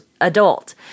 adult